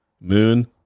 moon